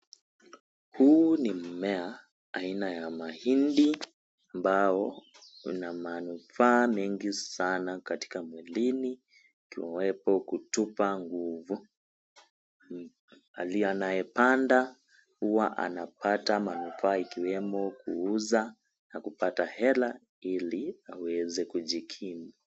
Huu ni mmea aina ya mahindi, ambao una manufaa mengi sana katika mwilini ikiwepo kutupa nguvu. Anayepanda huwa anapata manufaa ikiwemo kuuza na kupata hela ili aweze kujikimu.